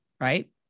Right